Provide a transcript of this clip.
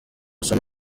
usome